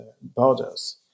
borders